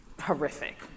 Horrific